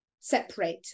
separate